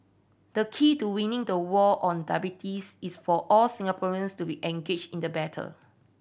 the key to winning the war on diabetes is for all Singaporeans to be engaged in the battle